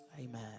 amen